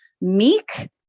meek